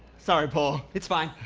sorry paul. it's fine.